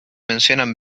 mencionan